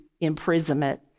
imprisonment